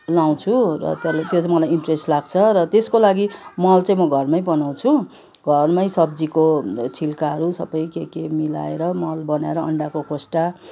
लाउँछु र त्यो चाहिँ मलाई इन्टरेस्ट लाग्छ र त्यसको लागि मल चाहिँ म घरमै बनाउँछु घरमै सब्जीको छिल्काहरू सबै के के मिलाएर मल बनाएर अन्डाको खोस्टा